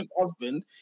husband